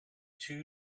too